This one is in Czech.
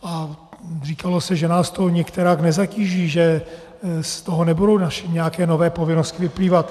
A říkalo se, že nás to nikterak nezatíží, že z toho nebudou naše nějaké nové povinnosti vyplývat.